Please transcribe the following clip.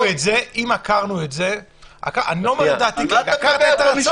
על מה אתה מדבר?